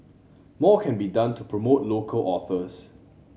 more can be done to promote local authors